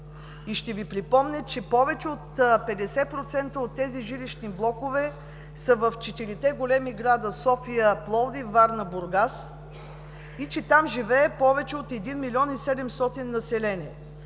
Ще Ви припомня, че повече от 50% от тези жилищни блокове са в четирите големи градове – София, Пловдив, Варна, Бургас и, че там живее повече от милион и 700 хиляди население.